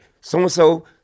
so-and-so